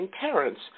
parents